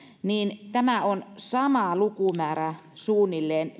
niin tämä on sama lukumäärä suunnilleen